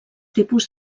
tipus